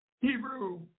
Hebrew